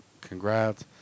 Congrats